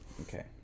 Okay